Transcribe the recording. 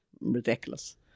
ridiculous